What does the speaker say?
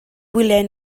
gwyliau